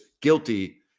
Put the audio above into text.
guilty